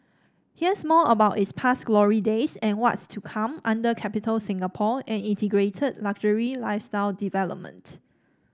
here's more about its past glory days and what's to come under Capitol Singapore an integrated luxury lifestyle development